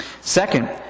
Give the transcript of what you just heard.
Second